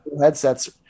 headsets